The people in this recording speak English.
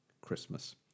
Christmas